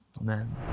Amen